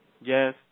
Yes